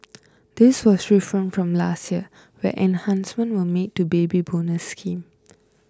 this was different from last year where enhancements were made to Baby Bonus scheme